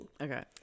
Okay